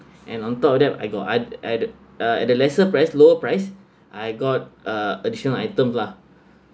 and on top of that I got I I the uh at the lesser price lower price I got uh additional items lah